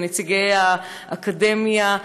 נציגי האקדמיה,